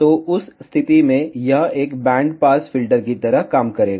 तो उस स्थिति में यह एक बैंड पास फिल्टर की तरह काम करेगा